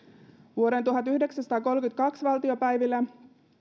vuoden tuhatyhdeksänsataakolmekymmentäkaksi valtiopäivillä